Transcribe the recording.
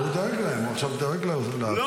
אבל הוא דואג להם, הוא עכשיו דואג לקמעונאים.